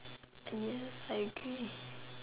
and yes I agree